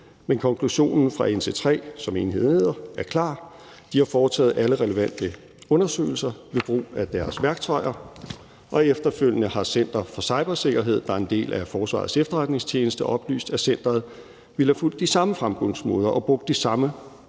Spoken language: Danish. men konklusionen fra NC3, som enheden hedder, er klar. De har foretaget alle relevante undersøgelser ved brug af deres værktøjer, og efterfølgende har Center for Cybersikkerhed, der er en del af Forsvarets Efterretningstjeneste, oplyst, at centeret ville have fulgt de samme fremgangsmåder og brugt de samme